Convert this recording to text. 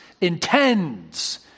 intends